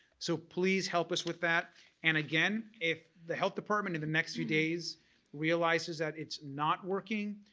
so please help us with that and again if the health department in the next few days realizes that it's not working,